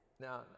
Now